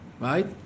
Right